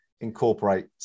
Incorporate